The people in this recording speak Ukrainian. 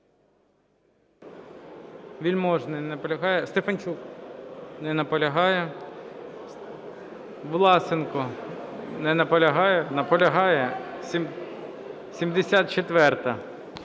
Вельможний. Не наполягає. Стефанчук. Не наполягає. Власенко. Не наполягає. Наполягає. 74-а.